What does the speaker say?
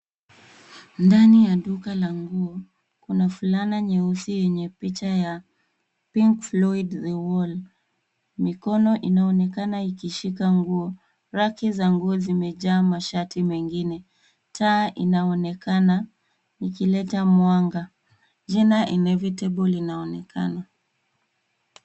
Ndani ya duka la nguo. Kuna fulana nyeusi yenye picha ya pink Floyd the wall .Mikono inaonekana ikishika nguo. Raki za nguo zimejaa mashati mwngine. Taa inaonekana ikileta mwanga .Jina Inevitable inaonekana.